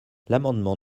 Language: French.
l’amendement